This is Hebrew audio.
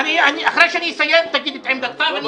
אחרי שאני אסיים תגיד את עמדתך.